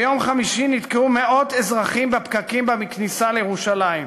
ביום חמישי נתקעו מאות אזרחים בפקקים בכניסה לירושלים.